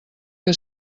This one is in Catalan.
que